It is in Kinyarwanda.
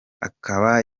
akaba